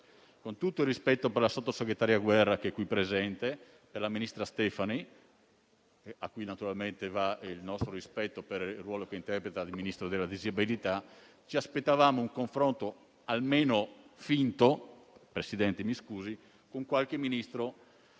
Con tutto il rispetto per la sottosegretaria Guerra qui presente e per la ministra Stefani, a cui naturalmente va il nostro rispetto per il ruolo che interpreta come Ministro per le disabilità, ci aspettavamo un confronto almeno finto - signor Presidente, mi scusi - con qualche Ministro